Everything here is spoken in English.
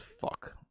fuck